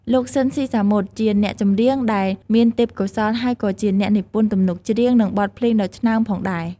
លោក ស៊ីន ស៊ីសាមុត ជាអ្នកចម្រៀងដែលមានទេពកោសល្យហើយក៏ជាអ្នកនិពន្ធទំនុកច្រៀង និងបទភ្លេងដ៏ឆ្នើមផងដែរ ។